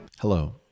Hello